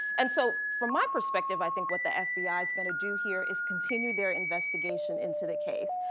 and so from my perspective, i think what the fbi is gonna do here is continue their investigation into the case.